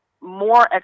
more